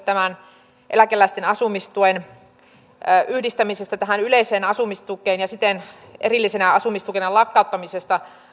tämän eläkeläisten asumistuen yhdistämisen tähän yleiseen asumistukeen ja siten erillisenä asumistukena lakkauttamisen